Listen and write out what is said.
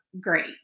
great